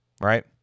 right